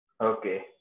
Okay